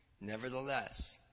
Nevertheless